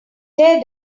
tear